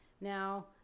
Now